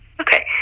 okay